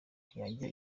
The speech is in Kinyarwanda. yajya